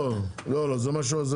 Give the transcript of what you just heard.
לא, לא, זה משהו אחר.